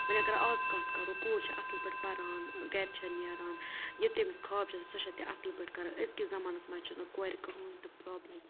وۄنۍ اگر اَز کَتھ کَرو کوٗر چھےٚ اَصٕل پٲٹھۍ پَران گَرِ چھےٚ نیران یہِ تٔمِس خاب چھِ آسان سۄ چھےٚ تہِ اَصٕل پٲٹھۍ کَران أزۍ کِس زمانَس منٛز چھِنہٕ کورِ کٕہٕنۍ تہِ پرٛابلِم